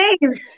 names